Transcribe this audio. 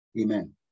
Amen